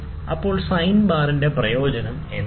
അപ്പോൾ സൈൻ ബാറിന്റെ പ്രയോജനം എന്താണ്